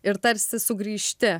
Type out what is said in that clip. ir tarsi sugrįžti